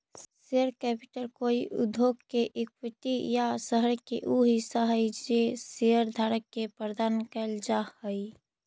share capital कोई उद्योग के इक्विटी या शहर के उ हिस्सा हई जे शेयरधारक के प्रदान कैल जा हई